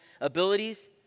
abilities